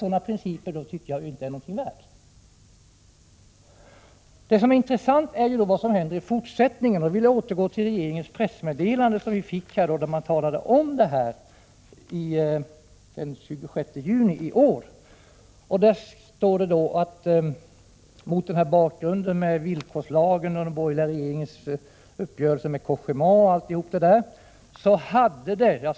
Sådana principer tycker jag inte är värda någonting. Det intressanta är ju då vad som händer i fortsättningen. Jag går tillbaka till regeringens pressmeddelande av den 26 juni i år, där man talar om dessa saker. Det gäller villkorslagen och de borgerliga regeringarnas uppgörelse med Cogéma etc.